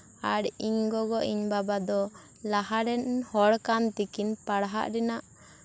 ᱟᱨ ᱤᱧ ᱜᱚᱜᱚ ᱤᱧ ᱵᱟᱵᱟ ᱫᱚ ᱞᱟᱦᱟ ᱨᱮᱱ ᱦᱚᱲ ᱠᱟᱱ ᱛᱮᱠᱤᱱ ᱯᱟᱲᱦᱟᱜ ᱨᱮᱱᱟᱜ